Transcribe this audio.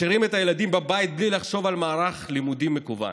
משאירים את הילדים בבית בלי לחשוב על מערך לימודים מקוון,